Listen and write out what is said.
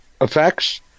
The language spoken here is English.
effects